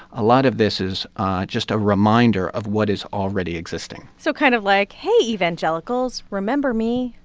a lot of this is just a reminder of what is already existing so kind of like, hey, evangelicals, remember me?